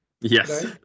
Yes